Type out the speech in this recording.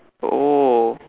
oh